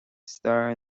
stair